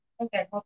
Okay